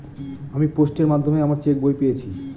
আমি পোস্টের মাধ্যমে আমার চেক বই পেয়েছি